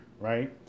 right